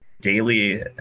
daily